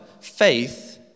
faith